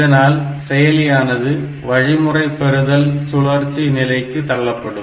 இதனால் செயலியானது வழிமுறை பெறுதல் சுழற்சி நிலைக்கு தள்ளப்படும்